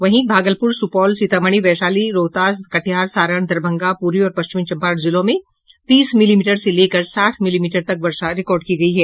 वहीं भागलप्र सुपौल सीतामढ़ी वैशाली रोहतास कटिहार सारण दरभंगा प्रवी और पश्चिमी चम्पारण जिलों में तीस मिलीमीटर से लेकर साठ मिलीमीटर तक वर्षा रिकॉर्ड की गयी है